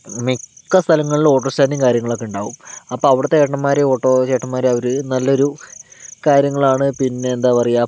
മിക്ക സ്ഥലങ്ങളിലും ഓട്ടോ സ്റ്റാൻഡും കാര്യങ്ങളുമൊക്കെ ഉണ്ടാകും അപ്പോൾ അവിടുത്തെ ചേട്ടന്മാർ ഓട്ടോ ചേട്ടന്മാർ അവർ നല്ലൊരു കാര്യങ്ങളാണ് പിന്നെയെന്താണ് പറയുക